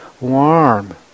warm